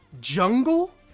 jungle